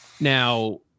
Now